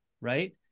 right